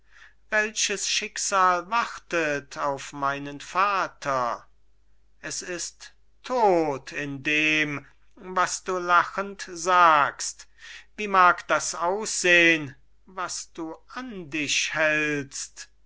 welches schicksal wartet auf meinen vater es ist tod in dem was du lachend sagst wie mag das aussehen was du an dich hältst